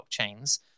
blockchains